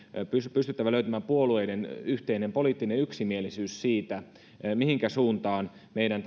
pystyttävä löytämään yhteinen poliittinen yksimielisyys siitä mihinkä suuntaan kokonaisuudessaan meidän